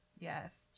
Yes